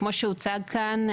כמו שהוצג כאן,